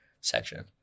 section